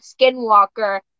skinwalker